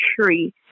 tree